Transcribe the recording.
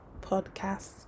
podcasts